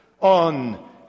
on